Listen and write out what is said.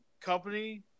company